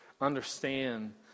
understand